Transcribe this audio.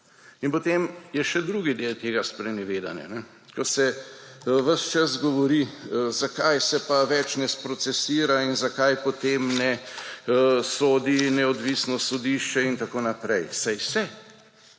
In potem je še drugi del tega sprenevedanja, ko se ves čas govori, zakaj se pa več ne sprocesira in zakaj potem ne sodi neodvisno sodišče in tako naprej. Saj se.